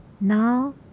Now